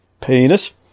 Penis